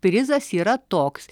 prizas yra toks